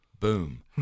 Boom